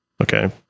Okay